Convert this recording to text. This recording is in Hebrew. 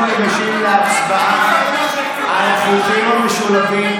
אנחנו ניגשים להצבעה על החוקים המשולבים.